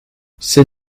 ces